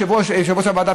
יושב-ראש הוועדה,